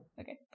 Okay